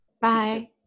Bye